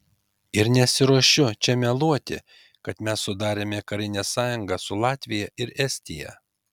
ir nesiruošiu čia meluoti kad mes sudarėme karinę sąjungą su latvija ir estija